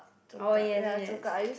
oh yes yes